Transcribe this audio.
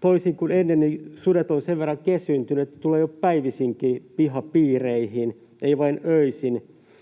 toisin kuin ennen, sudet ovat sen verran kesyyntyneet, että ne tulevat jo päivisinkin pihapiireihin, ei vain öisin,